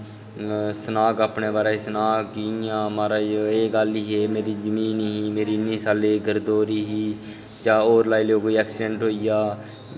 सनाग अपने बारै च सनाग कि इ'यां एह् गल्ल ही मेरी जमीन ही इ'न्ने साल दी गरदौरी ही जां होर लाई लैओ कोई ऐक्सिडैंट होई जा